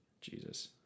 Jesus